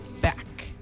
back